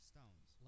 stones